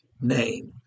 name